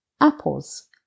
Apples